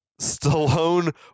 Stallone